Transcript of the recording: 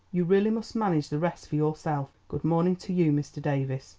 you really must manage the rest for yourself. good morning to you, mr. davies.